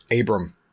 Abram